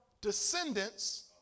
descendants